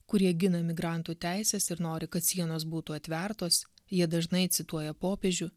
kurie gina migrantų teises ir nori kad sienos būtų atvertos jie dažnai cituoja popiežių